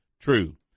true